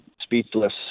speechless